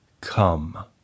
come